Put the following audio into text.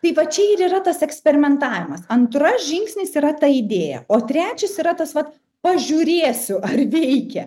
tai va čia ir yra tas eksperimentavimas antras žingsnis yra ta idėja o trečias yra tas vat pažiūrėsiu ar veikia